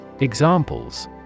Examples